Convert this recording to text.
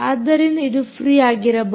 ಆದ್ದರಿಂದ ಇದು ಫ್ರೀ ಆಗಿರಬಹುದು